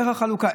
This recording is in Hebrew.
איך החלוקה?